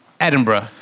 Edinburgh